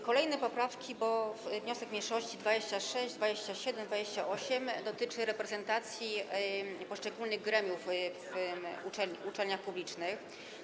Kolejne poprawki, wnioski mniejszości 26., 27. i 28. dotyczą reprezentacji poszczególnych gremiów w uczelniach publicznych.